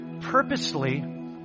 purposely